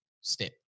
step